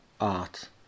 art